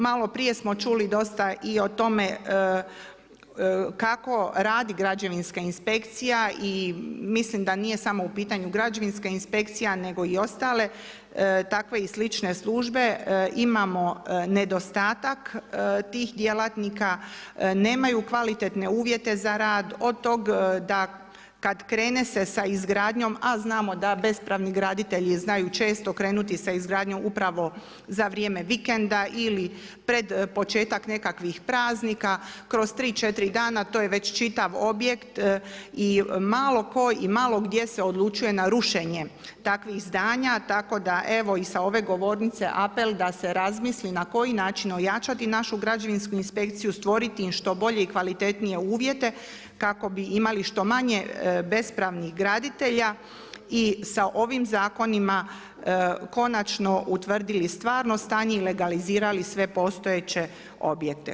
Maloprije smo čuli dosta i o tome kako radi građevinska inspekcija i mislim da nije samo u pitanju građevinska inspekcija, nego i ostale takve i slične službe, imamo nedostatak tih djelatnika, nemaju kvalitetne uvijete za rad, od toga da kada se krene sa izgradnjom a znamo da bespravni graditelji znaju često krenuti sa izgradnjom upravo za vrijeme vikenda ili pred početak nekakvih praznika, kroz 3, 4 dana to je već čitav objekt i malo tko i malo gdje se odlučuje na rušenje takvih izdanja, tako da evo i sa ove govornice apel da se razmisli na koji način ojačati našu građevinsku inspekciju, stvoriti im što bolje i kvalitetnije uvijete, kako bi imali što manje bespravnih graditelja i sa ovim zakonima konačno utvrdili stvarno stanje i legalizirali sve postojeće objekte.